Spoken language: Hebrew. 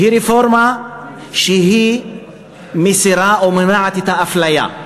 היא רפורמה שמסירה או מונעת את האפליה.